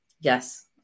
Yes